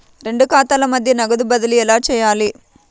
రెండు ఖాతాల మధ్య నగదు బదిలీ ఎలా చేయాలి?